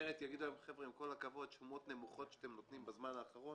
אחרת יגידו להם: השומות הנמוכות שאתם נותנים בזמן האחרון